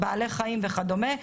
בעלי חיים וכדומה,